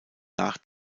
nach